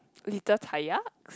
little